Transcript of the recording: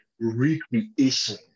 recreation